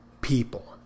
people